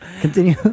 Continue